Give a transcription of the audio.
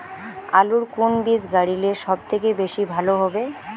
আলুর কুন বীজ গারিলে সব থাকি বেশি লাভ হবে?